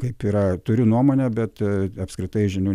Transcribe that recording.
taip yra turiu nuomonę bet apskritai žinių